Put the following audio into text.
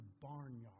barnyard